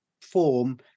form